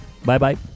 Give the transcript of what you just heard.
Bye-bye